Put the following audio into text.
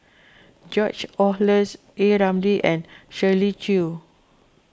George Oehlers A Ramli and Shirley Chew